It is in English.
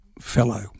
fellow